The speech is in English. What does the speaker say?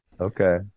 Okay